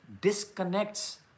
disconnects